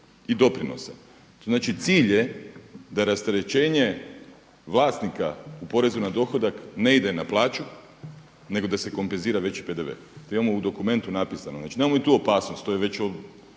i doprinosa. To znači cilj je da rasterećenje vlasnika u porezu na dohodak ne ide na plaću nego sa se kompenzira veći PDV. To imamo u dokumentu napisano, znači nemamo mi tu opasnost to je već